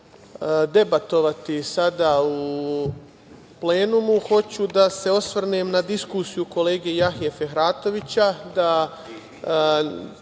Hvala vam.